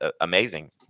amazing